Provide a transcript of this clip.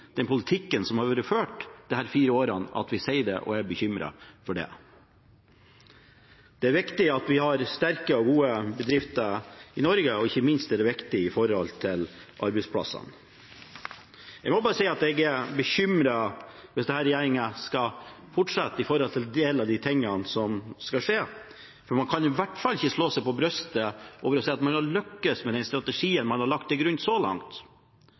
den politikken som har vært ført disse fire årene, at vi sier det og er bekymret for det. Det er viktig at vi har sterke og gode bedrifter i Norge, og ikke minst er det viktig med hensyn til arbeidsplassene. Jeg må bare si at jeg er bekymret hvis denne regjeringen skal fortsette, med tanke på en del av de tingene som skal skje. Man kan i hvert fall ikke slå seg på brystet og si at man har lyktes med den strategien man har lagt til grunn så langt